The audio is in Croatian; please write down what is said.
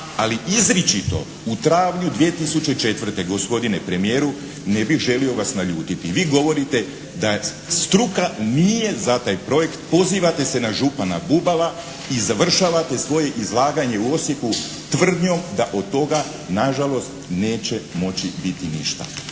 Ali izričito u travnju 2004. gospodine premijeru, ne bih želio vas naljutiti, vi govorite da struka nije za taj projekt. Pozivate se na župana Bubala, izvršavate svoje izlaganje u Osijeku tvrdnjom da od toga nažalost neće moći biti ništa.